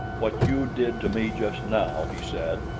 what you did to me just now, he said,